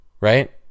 Right